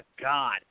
God